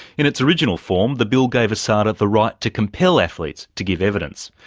in its original form the bill gave asada the right to compel athletes to give evidence.